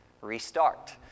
restart